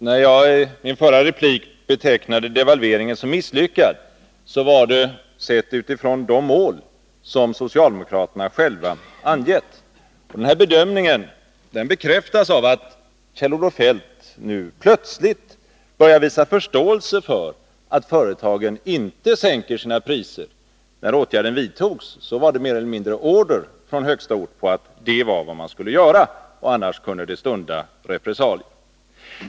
Herr talman! När jag i min förra replik betecknade devalveringen såsom misslyckad, var det sett utifrån de mål som socialdemokraterna själva hade angivit. Denna bedömning bekräftas av att Kjell-Olof Feldt nu plötsligt börjar visa förståelse för att företagen inte sänker sina priser. När devalveringsåtgärden vidtogs, var det mer eller mindre en order från högsta ort att det var vad företagen skulle göra. Annars kunde det stunda repressalier.